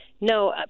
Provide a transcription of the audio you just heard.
No